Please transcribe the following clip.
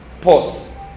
Pause